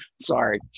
sorry